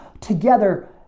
together